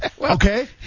okay